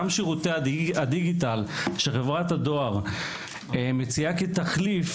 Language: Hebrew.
גם שירותי הדיגיטל שחברת הדואר מציעה כתחליף,